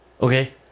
Okay